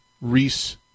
Reese